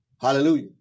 Hallelujah